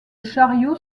chariot